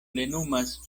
plenumas